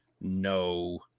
no